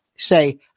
say